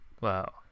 wow